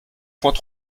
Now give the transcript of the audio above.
point